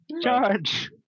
Charge